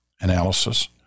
analysis